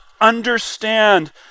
understand